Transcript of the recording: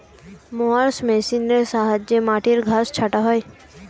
mowers মেশিনের সাহায্যে মাটির ঘাস ছাঁটা হয়